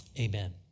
Amen